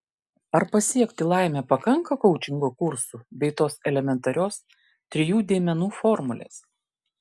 ar pasiekti laimę pakanka koučingo kursų bei tos elementarios trijų dėmenų formulės